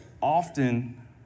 often